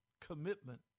commitment